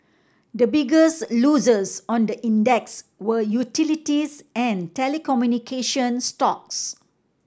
the biggest losers on the index were utilities and telecommunication stocks